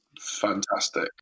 Fantastic